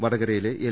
വടകയിലെ L